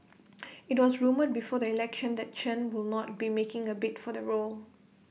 IT was rumoured before the election that Chen will not be making A bid for the role